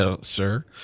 sir